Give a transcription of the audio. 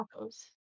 tacos